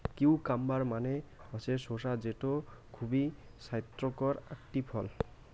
cucumber মানে হসে শসা যেটো খুবই ছাইস্থকর আকটি ফল